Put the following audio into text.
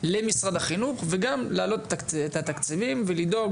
למשרד החינוך וגם לעלות את התקציבים ולדאוג,